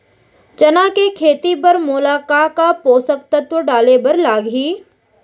चना के खेती बर मोला का का पोसक तत्व डाले बर लागही?